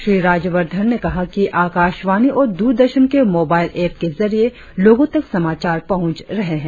श्री राज्यवर्धन ने कहा कि आकाशवाणी और दूरदर्शन के मोबाइल एप के जरिये लोगों तक समाचार पहुंच रहे हैं